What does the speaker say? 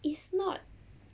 is not